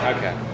Okay